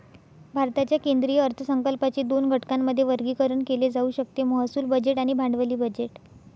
भारताच्या केंद्रीय अर्थसंकल्पाचे दोन घटकांमध्ये वर्गीकरण केले जाऊ शकते महसूल बजेट आणि भांडवली बजेट